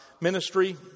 ministry